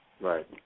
Right